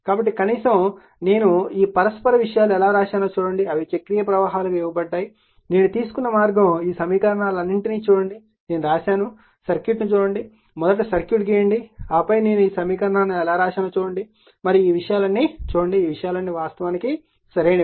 కాబట్టి కనీసం నేను ఈ పరస్పర విషయాలు ఎలా వ్రాశానో చూడండి అవి చక్రీయ ప్రవాహాలుగా ఇవ్వబడ్డాయి నేను తీసుకున్న మార్గం మరియు ఈ సమీకరణాలన్నింటినీ చూడండి నేను వ్రాశాను సర్క్యూట్ ని చూడండి మొదట సర్క్యూట్ గీయండి ఆపై నేను సమీకరణాలను ఎలా వ్రాశానో చూడండి మరియు ఈ విషయాలన్నీ చూడండి ఈ విషయాలన్నీ వాస్తవానికి సరైనవి